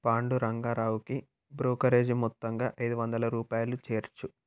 పాండురంగా రావుకి బ్రోకరేజీ మొత్తంగా ఐదు వందల రూపాయలు చేర్చు